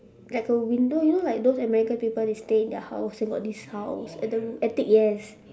like a window you know like those american people they stay in their house then got this house and the attic yes